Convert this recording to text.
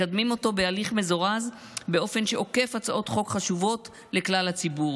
מקדמים אותו בהליך מזורז באופן שעוקף הצעות חוק חשובות לכלל הציבור